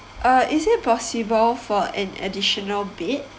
uh is it possible for an additional bed